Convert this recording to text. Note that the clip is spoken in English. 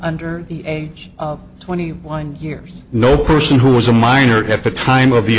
under the age of twenty one years no person who was a minor at the time of the